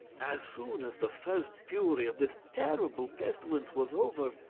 as soon as the first fury of this terrible pestilence was over,